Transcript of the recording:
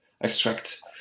extract